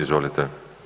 Izvolite.